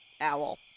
owl